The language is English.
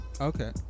Okay